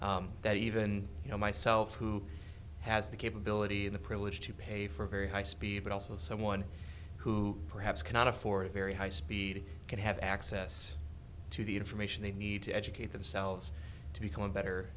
now that even you know myself who has the capability the privilege to pay for very high speed but also someone who perhaps cannot afford a very high speed could have access to the information they need to educate themselves to become a better